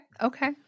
okay